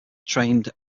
trained